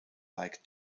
link